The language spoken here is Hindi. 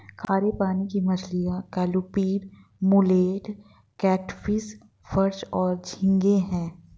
खारे पानी की मछलियाँ क्लूपीड, मुलेट, कैटफ़िश, पर्च और झींगे हैं